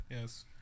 Yes